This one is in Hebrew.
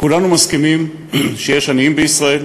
כולנו מסכימים שיש עניים בישראל,